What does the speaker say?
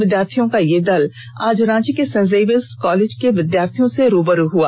विद्यार्थियों का यह दल आज रांची के सेंटजेवियर कॉलेज के विद्यार्थियों से रूबरू हुआ